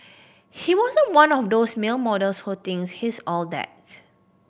he wasn't one of those male models who thinks he's all that